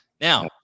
now